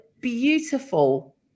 beautiful